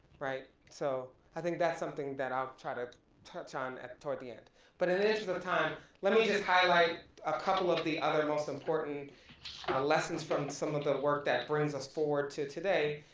right, so, i think that's something that i'll try to touch on toward the end but in the interest of time, let me just highlight a couple of the other most important lessons from some of the work that brings us forward to today,